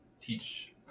teach